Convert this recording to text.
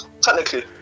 technically